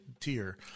tier